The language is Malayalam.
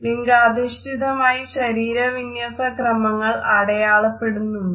ലിംഗാധിഷ്ഠിതമായി ശരീര വിന്യസന ക്രമങ്ങൾ അടയാളപ്പെടുന്നുണ്ട്